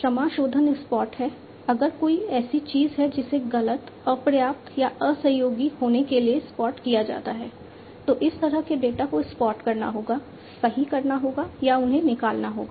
समाशोधन स्पॉट है अगर कोई ऐसी चीज है जिसे गलत अपर्याप्त या असहयोगी होने के लिए स्पॉट किया जाता है तो उस तरह के डेटा को स्पॉट करना होगा सही करना होगा या उन्हें निकालना होगा